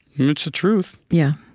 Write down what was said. it's the truth yeah,